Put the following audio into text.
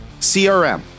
CRM